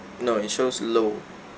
no it shows low